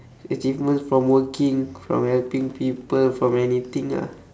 achievement from working from helping people from anything ah